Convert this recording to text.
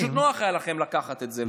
פשוט נוח היה לכם לקחת את זה,